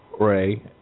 ray